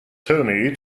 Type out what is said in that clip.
tony